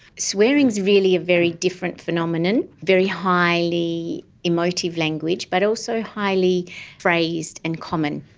swearing is really a very different phenomenon, very highly emotive language, but also highly phrased and common.